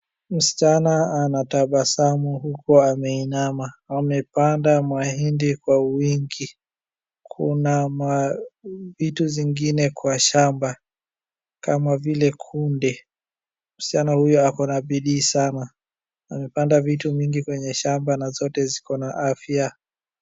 Msichana anatabasamu huku ameinama. Amepanda mahindi kwa wingi. Kuna vitu zingine kwa shamba kama vile kunde. Msichana huyu ako na bidii sana. Amepanda vitu mingi kwenye shamba na zote ziko na afya.